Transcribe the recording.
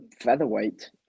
featherweight